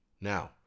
Now